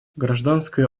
гражданское